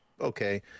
okay